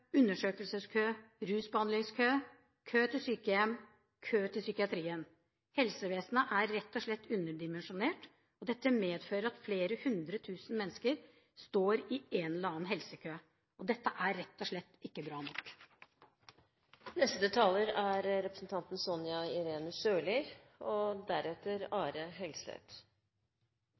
undersøkelseskø, rusbehandlingskø, kø til sykehjem og kø til psykiatrien. Helsevesenet er rett og slett underdimensjonert, og dette medfører at flere hundre tusen mennesker står i en eller annen helsekø. Dette er rett og slett ikke bra nok!